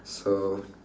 so